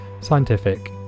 scientific